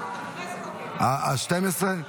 הסתייגות 12. אה, 12?